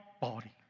body